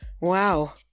Wow